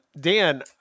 Dan